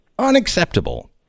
unacceptable